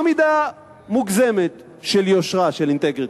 לא מידה מוגזמת, של יושרה, של אינטגריטי.